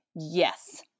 Yes